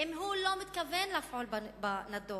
אם הוא לא מתכוון לפעול בנדון?